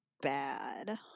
bad